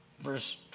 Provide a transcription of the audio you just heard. Verse